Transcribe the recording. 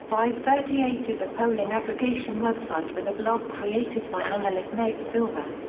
fivethirtyeight is a polling aggregation website with a blog created by analyst nate silver.